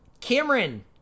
cameron